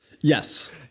Yes